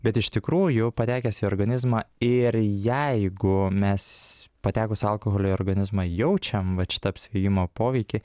bet iš tikrųjų patekęs į organizmą ir jeigu mes patekus alkoholiui į organizmą jaučiam vat šitą apsvaigimo poveikį